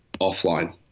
offline